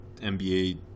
NBA